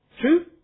True